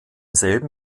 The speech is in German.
selben